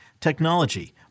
technology